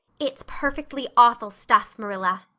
it's perfectly awful stuff, marilla,